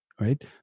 right